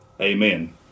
Amen